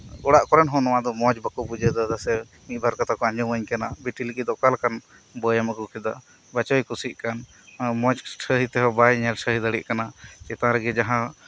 ᱚᱲᱟᱜ ᱠᱚᱨᱮᱱ ᱦᱚ ᱱᱚᱶᱟᱫᱚ ᱢᱚᱸᱡᱽ ᱵᱟᱠᱚ ᱵᱩᱡᱷᱟᱹᱣᱮᱫᱟ ᱥᱮ ᱢᱤᱫᱵᱟᱨ ᱠᱟᱛᱷᱟᱠᱚ ᱟᱸᱡᱚᱢᱟᱹᱧ ᱠᱟᱱᱟ ᱵᱤᱴᱤ ᱞᱟᱹᱜᱤᱫ ᱫᱚ ᱚᱠᱟ ᱞᱮᱠᱟᱱ ᱵᱚᱭᱮᱢ ᱟᱹᱜᱩ ᱠᱮᱫᱟ ᱵᱟᱪᱚᱭ ᱠᱩᱥᱤᱜ ᱠᱟᱱ ᱢᱚᱸᱡᱽ ᱥᱟᱹᱦᱤᱡ ᱛᱮᱦᱚᱸ ᱵᱟᱭ ᱧᱮᱞᱥᱟᱹᱦᱤ ᱫᱟᱲᱮᱜ ᱠᱟᱱᱟ ᱪᱮᱛᱟᱱ ᱨᱮᱜᱮ ᱡᱟᱦᱟᱸ